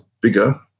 bigger